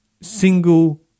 single